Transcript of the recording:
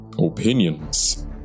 opinions